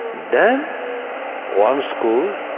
then one school